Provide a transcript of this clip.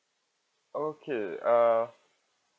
okay uh